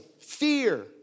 fear